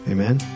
Amen